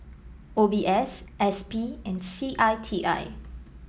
O B S S P and C I T I